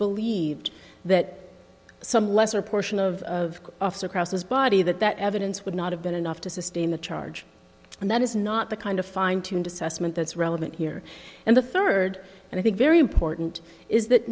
believed that some lesser portion of across his body that that evidence would not have been enough to sustain the charge and that is not the kind of fine tuned assessment that's relevant here and the third and i think very important is that